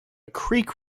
creek